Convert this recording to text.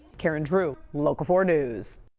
karen drew, local four news.